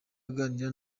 aganira